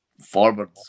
forward